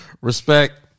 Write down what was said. Respect